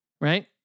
right